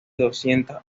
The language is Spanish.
doscientas